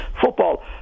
football